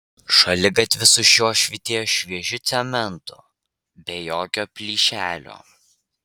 šaligatvis už jo švytėjo šviežiu cementu be jokio plyšelio